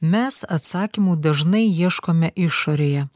mes atsakymų dažnai ieškome išorėje